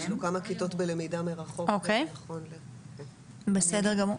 בסדר גמור.